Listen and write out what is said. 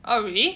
oh really